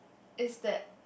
is that